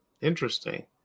interesting